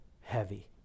heavy